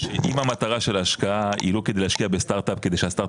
שאם המטרה של ההשקעה היא לא כדי להשקיע בסטארט אפ כדי שהסטארט